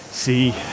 see